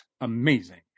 amazing